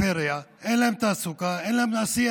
בפריפריה, אין להם תעסוקה, אין להם עשייה.